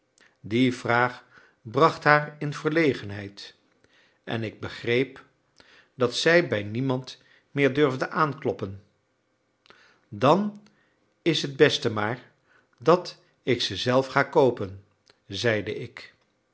die vraag bracht haar in verlegenheid en ik begreep dat zij bij niemand meer durfde aankloppen dan is het beste maar dat ik ze zelf ga koopen zeide ik